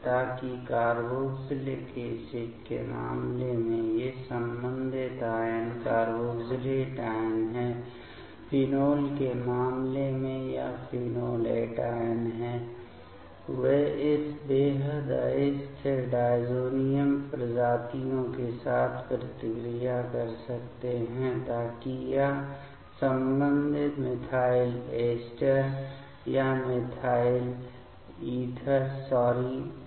ताकि carboxylic acid के मामले में ये संबंधित आयन कार्बोक्जाइलेट आयन हैं फिनोल के मामले में यह फेनोलेट आयन है वे इस बेहद अस्थिर डायज़ोनियम प्रजातियों के साथ प्रतिक्रिया कर सकते हैं ताकि यह संबंधित मिथाइल एस्टर या मिथाइल ईथर सॉरी हो